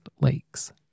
lakes